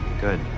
Good